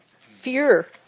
Fear